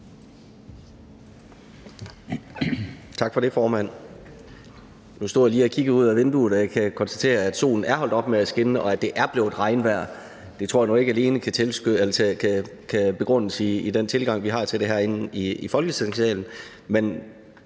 Tak for det, formand. Nu stod jeg lige og kiggede ud ad vinduet, og jeg kan konstatere, at solen er holdt op med at skinne, og at det er blevet regnvejr. Det tror jeg nu ikke alene kan begrundes i den tilgang, vi har til det herinde i Folketingssalen, men